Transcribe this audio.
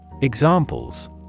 Examples